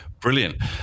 Brilliant